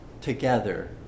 together